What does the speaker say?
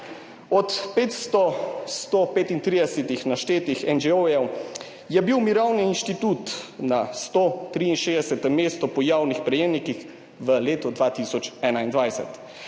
Od 500 135 naštetih NGO-jev je bil Mirovni inštitut na 163. mestu po javnih prejemkih v letu 2021.